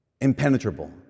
impenetrable